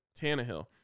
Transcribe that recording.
Tannehill